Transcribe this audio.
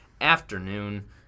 afternoon